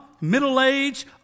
middle-aged